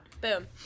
Boom